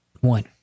One